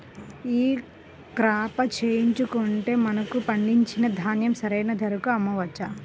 ఈ క్రాప చేయించుకుంటే మనము పండించిన ధాన్యం సరైన ధరకు అమ్మవచ్చా?